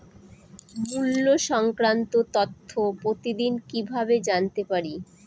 মুল্য সংক্রান্ত তথ্য প্রতিদিন কিভাবে জানতে পারি?